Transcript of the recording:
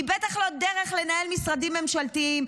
היא בטח לא דרך לנהל משרדים ממשלתיים,